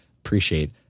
appreciate